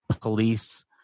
police